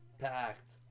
packed